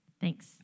Thanks